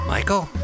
Michael